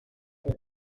dvd